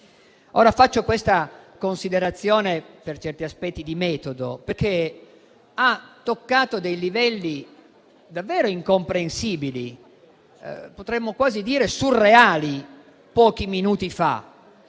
Faccio questa considerazione per certi aspetti di metodo, perché ha toccato livelli davvero incomprensibili, potremmo quasi dire surreali pochi minuti fa,